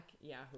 yahoo